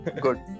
good